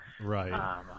right